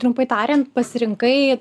trumpai tariant pasirinkai